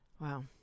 Wow